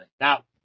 Now